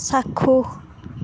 চাক্ষুষ